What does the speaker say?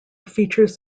features